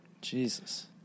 Jesus